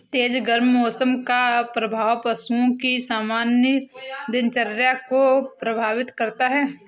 तेज गर्म मौसम का प्रभाव पशुओं की सामान्य दिनचर्या को प्रभावित करता है